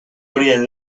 horien